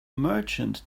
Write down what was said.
merchant